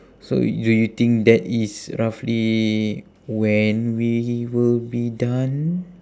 so y~ do you think that is roughly when we will be done